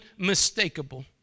unmistakable